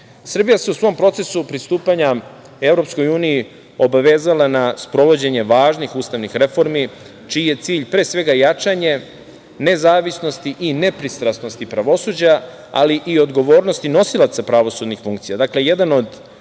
suda. Srbija se u svom procesu pristupanja EU obavezala na sprovođenje važnih ustavnih reformi čiji je cilj, pre svega, jačanje nezavisnosti i nepristrasnosti pravosuđa, ali i odgovornosti nosilaca pravosudnih funkcija.